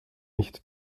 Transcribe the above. nicht